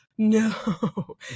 No